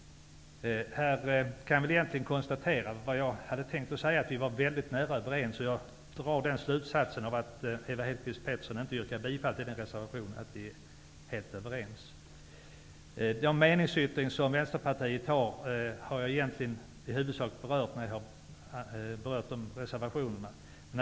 Här kan jag väl egentligen konstatera att vi var väldigt nära att komma överens. Jag drar slutsatsen att vi är helt överens, av den anledningen att Eva Hedkvist Petersen inte yrkar bifall till reservationen. Den meningsyttring som Vänsterpartiet fogat till betänkandet har jag berört när jag talat om reservationerna.